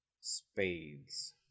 spades